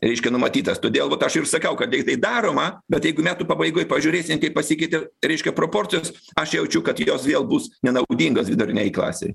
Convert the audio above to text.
reiškia numatytas todėl aš ir sakau kad daryt tai daroma bet jeigu metų pabaigoj pažiūrėsim kaip pasikeitė reiškia proporcijos aš jaučiu kad jos vėl bus nenaudingos viduriniajai klasei